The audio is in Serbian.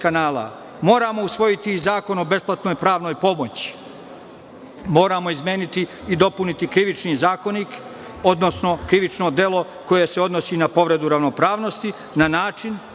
kanala. Moramo usvojiti i zakon o besplatnoj pravnoj pomoći. Moramo izmeniti i dopuniti Krivični zakonik, odnosno krivično delo koje se odnosi na povredu ravnopravnosti na način